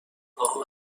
آهان